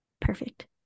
perfect